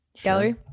Gallery